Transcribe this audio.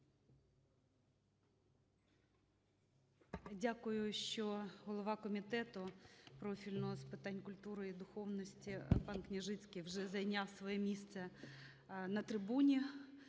Дякую, що голова Комітету профільного з питань культури і духовності панКняжицький вже зайняв своє місце на трибуні,